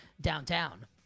downtown